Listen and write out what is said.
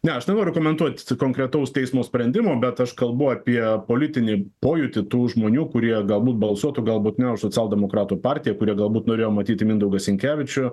ne aš nenoriu komentuoti konkretaus teismo sprendimo bet aš kalbu apie politinį pojūtį tų žmonių kurie galbūt balsuotų galbūt ne už socialdemokratų partiją kurie galbūt norėjo matyti mindaugą sinkevičių